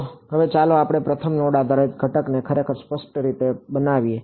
તો હવે ચાલો આપણે પ્રથમ નોડ આધારિત ઘટકને ખરેખર સ્પષ્ટ રીતે બનાવીએ